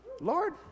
Lord